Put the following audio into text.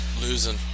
losing